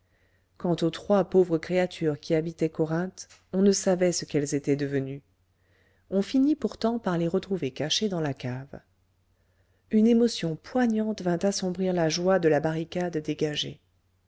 quant aux trois pauvres créatures qui habitaient corinthe on ne savait ce qu'elles étaient devenues on finit pourtant par les retrouver cachées dans la cave une émotion poignante vint assombrir la joie de la barricade dégagée